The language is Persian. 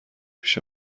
پیش